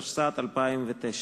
התשס"ט 2009,